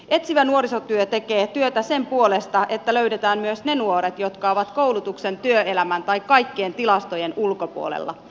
etsivä nuorisotyö tekee työtä sen puolesta että löydetään myös ne nuoret jotka ovat koulutuksen työelämän tai kaikkien tilastojen ulkopuolella